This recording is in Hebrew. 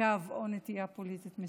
קו או נטייה פוליטית מסוימת.